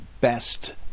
best